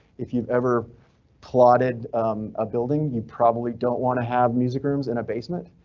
if you've ever plotted a building you probably don't want to have music rooms in a basement.